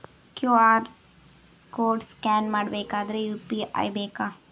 QR code scan ಮಾಡಬೇಕಾದರೆ UPI ಬೇಕಾ?